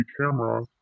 camera